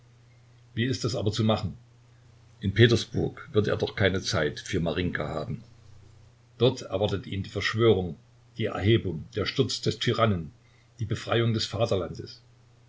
wie ist das aber zu machen in petersburg wird er doch keine zeit für marinjka haben dort erwartet ihn die verschwörung die erhebung der sturz des tyrannen die befreiung des vaterlandes